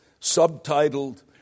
Subtitled